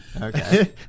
Okay